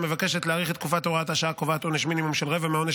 המבקשת להאריך את תקופת הוראת השעה הקובעת עונש מינימום של רבע מהעונש